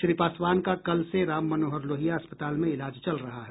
श्री पासवान का कल से राम मनोहर लोहिया अस्पताल में इलाज चल रहा है